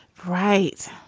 right?